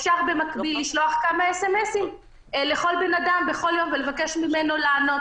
אפשר במקביל לשלוח כמה sms לכל אדם בכל יום ולבקש ממנו לענות,